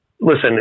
Listen